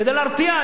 כדי להרתיע.